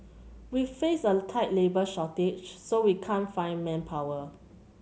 we face a tight labour shortage so we can't find manpower